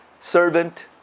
servant